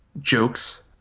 jokes